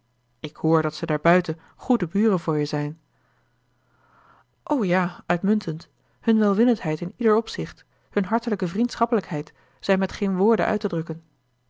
ik hoor dat ze daarbuiten goede buren voor je zijn o ja uitmuntend hun welwillendheid in ieder opzicht hun hartelijke vriendschappelijkheid zijn met geen woorden uit te drukken